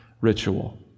ritual